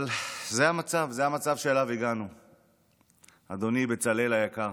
אבל זה המצב שאליו הגענו, אדוני, בצלאל היקר.